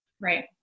Right